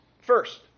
First